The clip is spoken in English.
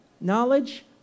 Knowledge